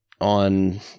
on